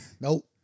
Nope